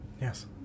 Yes